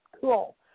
cool